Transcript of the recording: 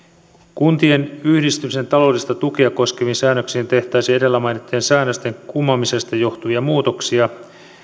kuntien yhdistymisen taloudellista tukea koskeviin säännöksiin tehtäisiin edellä mainittujen säännösten kumoamisesta johtuvia muutoksia